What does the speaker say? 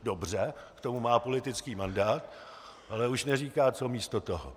Dobře, k tomu má politický mandát, ale už neříká, co místo toho.